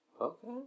Okay